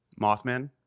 Mothman